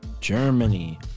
Germany